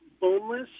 boneless